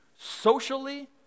socially